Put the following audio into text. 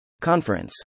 conference